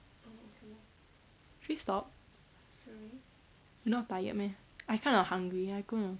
should we stop you not tired meh I kind of hungry I go and